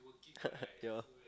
yeah